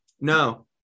No